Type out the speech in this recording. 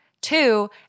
Two